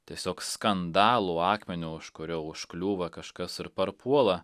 tiesiog skandalų akmeniu už kurio užkliūva kažkas ir parpuola